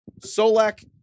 Solak